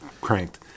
cranked